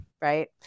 right